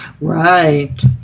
Right